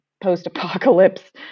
post-apocalypse